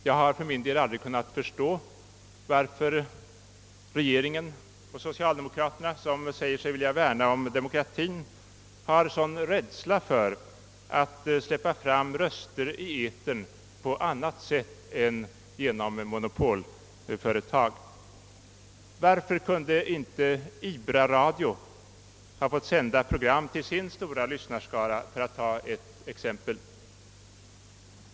Jag har aldrig kunnat förstå varför regeringen och socialdemokraterna, som säger sig vilja värna om demokratien, har en sådan rädsla för att släppa fram röster i etern på annat sätt än genom monopolföretag. Varför kunde inte — för att ta ett exempel — IBRA radio ha fått sända program till sin stora lyssnarskara?